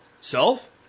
Self